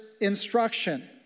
instruction